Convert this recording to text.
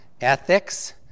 ethics